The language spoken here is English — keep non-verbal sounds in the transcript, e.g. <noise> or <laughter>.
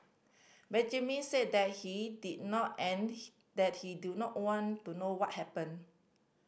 Benjamin said that he did not and <unintelligible> that he do not know one to know what happened